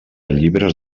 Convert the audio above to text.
llibres